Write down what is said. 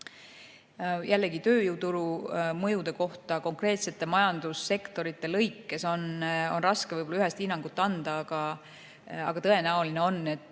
Jällegi, tööjõuturu mõjude kohta konkreetsete majandussektorite lõikes on võib‑olla raske ühest hinnangut anda, aga tõenäoline on, et